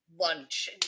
lunch